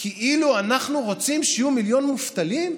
כאילו אנחנו רוצים שיהיו מיליון מובטלים?